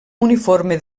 uniforme